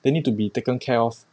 they need to be taken care of